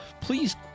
please